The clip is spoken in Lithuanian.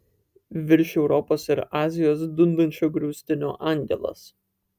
virš europos ir azijos dundančio griaustinio angelas